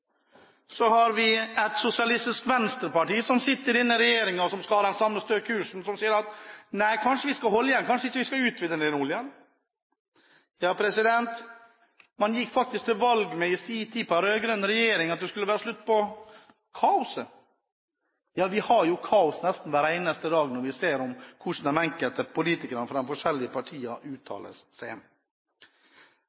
Så har vi Sosialistisk Venstreparti, som sitter i denne regjeringen, som skal ha den samme stø kursen, men som sier at nei, kanskje vi skal holde igjen, kanskje vi ikke skal utvinne denne oljen. Den rød-grønne regjeringen gikk faktisk i sin tid til valg på at det skulle være slutt på kaoset. Vi har jo kaos nesten hver eneste dag når vi ser hvordan de enkelte politikere fra de forskjellige